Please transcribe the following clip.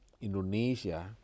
Indonesia